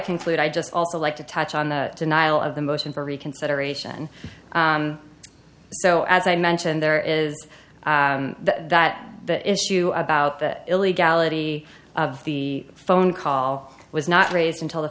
conclude i just also like to touch on the denial of the motion for reconsideration so as i mentioned there is that the issue about the illegality of the phone call was not raised until the